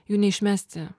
jų neišmesti